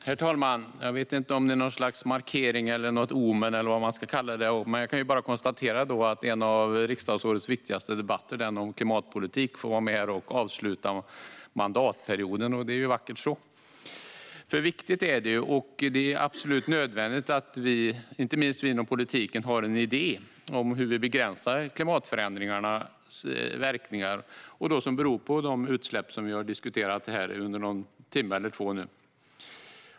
Herr talman! Jag vet inte om det är en markering eller ett omen eller vad man ska kalla det, men jag kan konstatera att en av riksdagsårets viktigaste debatter, den om klimatpolitik, får vara med och avsluta mandatperioden. Det är vackert så, för viktigt är det, och det är absolut nödvändigt att vi - inte minst vi inom politiken - har en idé om hur vi ska begränsa klimatförändringarnas verkningar. De beror på de utsläpp som vi har diskuterat här i en timme eller två nu.